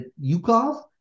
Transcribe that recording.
Yukov